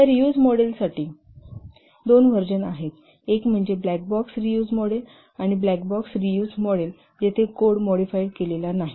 या रियूज मॉडेलसाठी दोन व्हर्जन आहेत एक म्हणजे black box reuse model black box reuse model जेथे कोड मॉडिफाइड केलेला नाही